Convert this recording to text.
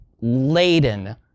laden